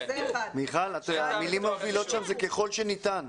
המילים שם הן "ככל שניתן".